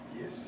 Yes